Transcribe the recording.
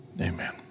amen